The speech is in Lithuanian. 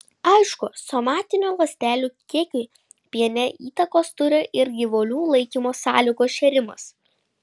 aišku somatinių ląstelių kiekiui piene įtakos turi ir gyvulių laikymo sąlygos šėrimas